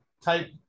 type